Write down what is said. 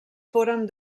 foren